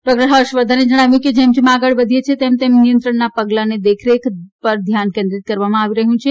doctor Harshvardhan જણાવ્યું કે જેમ જેમ આગળ વધીએ છીએ તેમ નિયંત્રણનાં પગલાં અને દેખરેખ દ્વારા ધ્યાન કેન્દ્રિત કરવામાં આવી રહ્યું છે